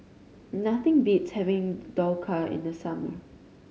nothing beats having Dhokla in the summer